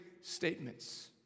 statements